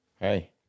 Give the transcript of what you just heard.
Hey